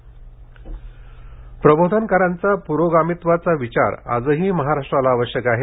प्रबोधनकार प्रबोधनकारांचा प्रोगामित्वाचा विचार आजही महाराष्ट्राला आवश्यक आहे